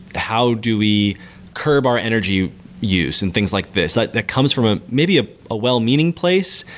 how do we curb our energy use and things like this? like that comes from ah maybe ah a well-meaning place,